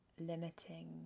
limiting